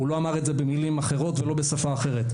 הוא לא אמר את זה במילים אחרות ולא בשפה אחרת.